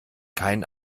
keinen